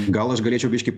gal aš galėčiau biškį